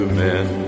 men